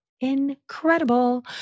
Incredible